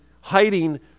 hiding